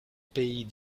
pays